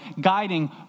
guiding